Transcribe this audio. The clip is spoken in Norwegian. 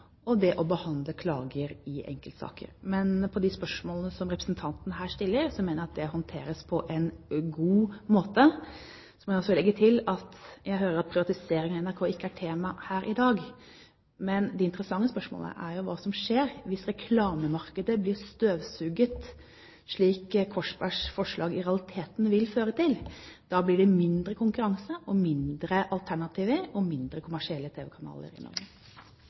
og det å behandle klager i enkeltsaker. Men når det gjelder de spørsmålene som representanten her stiller, mener jeg at de håndteres på en god måte. Så må jeg også legge til at jeg hører at privatisering av NRK ikke er tema her i dag. Men de interessante spørsmålene er jo hva som skjer hvis reklamemarkedet blir støvsugd, slik Korsbergs forslag i realiteten vil føre til. Da blir det mindre konkurranse og færre alternativer og færre kommersielle